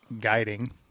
guiding